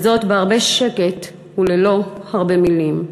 וזאת בהרבה שקט וללא הרבה מילים.